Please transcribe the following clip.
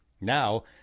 Now